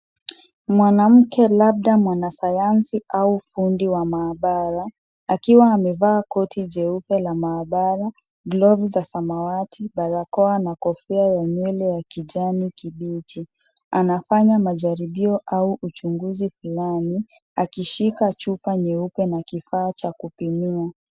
Mwanamke labda mwanasayansi au fundi wa maabara, akiwa amevaa koti jeupe la maabara, glovu za samawati, barakoa na kofia ya nywele ya kijani kibichi. Anafanya majaribio au uchunguzi fulani, akishika chupa nyeupe na kifaa cha kupimia.